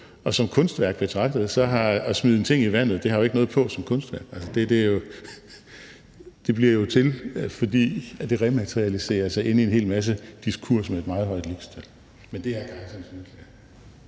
Og som kunstværk betragtet har det at smide en ting i vandet jo ikke noget på som kunstværk; det bliver til, fordi det rematerialiserer sig ind i en hel masse diskurs med et meget højt lixtal. Men det er altså kejserens